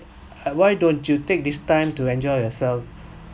why don't you take this time to enjoy yourself